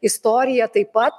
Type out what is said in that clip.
istorija taip pat